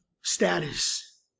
status